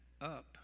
up